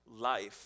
life